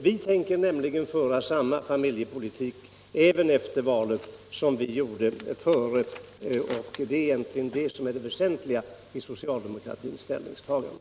Vi tänker föra samma familjepolitik efter valet som vi gjorde före, och det är egentligen det väsentliga i socialdemokratins ställningstagande.